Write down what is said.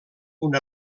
una